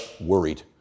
worried